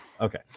Okay